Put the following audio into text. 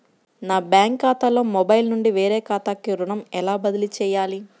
నా బ్యాంక్ ఖాతాలో మొబైల్ నుండి వేరే ఖాతాకి మొత్తం ఎలా బదిలీ చేయాలి?